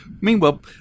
Meanwhile